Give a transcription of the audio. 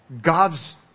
God's